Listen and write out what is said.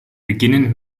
beginnend